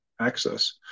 access